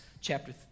chapter